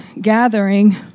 gathering